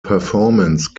performance